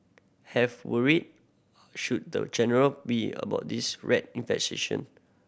have worried should the general be about this rat infestation